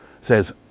says